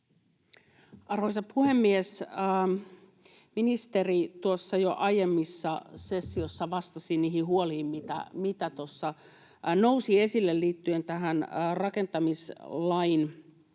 Arvoisa puhemies! Ministeri jo aiemmassa sessiossa vastasi niihin huoliin, mitä nousi esille liittyen tähän rakentamislain muutokseen.